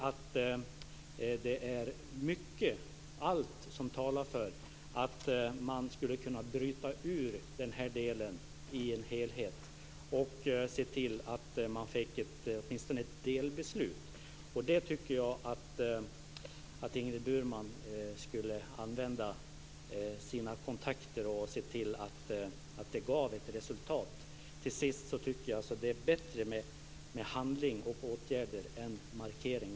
Allt talar för att man skulle kunna bryta ut den här delen ur helheten och se till att man åtminstone fick ett delbeslut. Jag tycker att Ingrid Burman skulle använda sina kontakter och se till att det gav ett resultat. Till sist vill jag säga att det är bättre med handling och åtgärder än med markeringar.